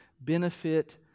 benefit